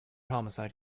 homicide